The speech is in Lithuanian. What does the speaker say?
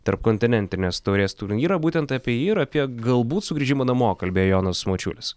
tarpkontinentinės taurės turnyrą būtent apie jį ir apie galbūt sugrįžimą namo kalbėjo jonas mačiulis